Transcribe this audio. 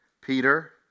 Peter